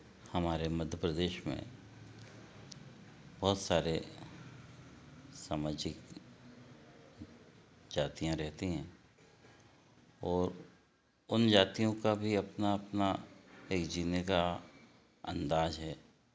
हमारे मध्य प्रदेश में बहुत सारी सामाजिक जातियाँ रहती हैं और उन जातियों का भी अपना अपना एक जीने का अंदाज़ है